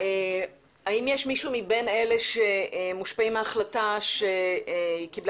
האם יש מישהו מבין אלה שמושפעים מההחלטה שקיבלה